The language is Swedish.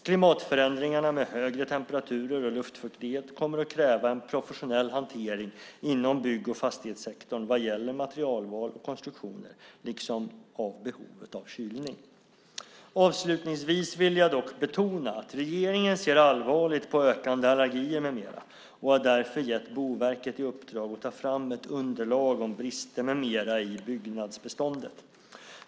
Klimatförändringarna med högre temperaturer och luftfuktighet kommer att kräva en professionell hantering inom bygg och fastighetssektorn vad gäller materialval och konstruktioner liksom behovet av kylning. Avslutningsvis vill jag dock betona att regeringen ser allvarligt på ökande allergier med mera och därför har gett Boverket i uppdrag att ta fram ett underlag om brister med mera i byggnadsbeståndet.